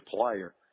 player